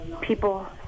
people